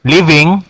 Living